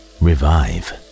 revive